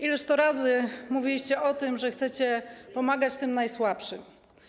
Ileż to razy mówiliście o tym, że chcecie pomagać tym najsłabszym?